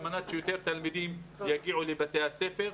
על מנת שיותר תלמידים יגיעו לבתי הספר.